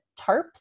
tarps